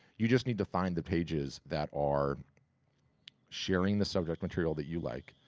you just need to find the pages that are sharing the subject material that you like,